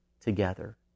together